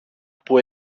που